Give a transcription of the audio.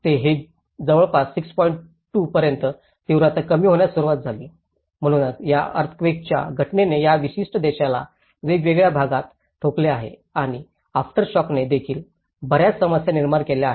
2 पर्यंत तीव्रता कमी होण्यास सुरुवात झाली म्हणूनच या अर्थक्वेकाच्या घटनेने या विशिष्ट देशाला वेगवेगळ्या भागात ठोकले आहे आणि आफ्टर शॉकने देखील बर्याच समस्या निर्माण केल्या आहेत